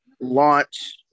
launch